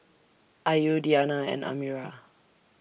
Ayu Diyana and Amirah